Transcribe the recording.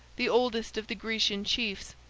the oldest of the grecian chiefs,